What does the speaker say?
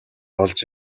олж